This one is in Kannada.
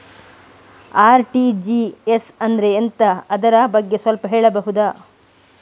ಆರ್.ಟಿ.ಜಿ.ಎಸ್ ಅಂದ್ರೆ ಎಂತ ಅದರ ಬಗ್ಗೆ ಸ್ವಲ್ಪ ಹೇಳಬಹುದ?